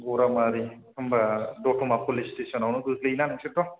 गरामारि होनबा दथ'मा फुलिस सिथेसनावनो गोग्लैयोना नोंसोरथ'